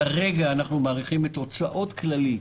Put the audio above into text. כרגע אנחנו מעריכים את הוצאות כללית